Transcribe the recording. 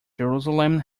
jerusalem